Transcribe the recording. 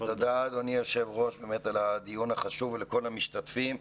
תודה אדוני יו"ר על הדיון החשוב לכל המשתתפים.